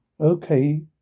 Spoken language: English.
Okay